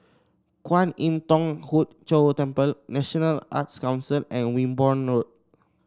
Kwan Im Thong Hood Cho Temple National Arts Council and Wimborne Road